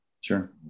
Sure